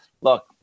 Look